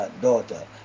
daughter